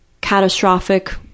catastrophic